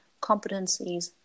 competencies